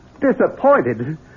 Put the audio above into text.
Disappointed